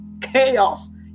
chaos